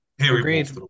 Agreed